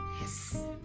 yes